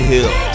Hill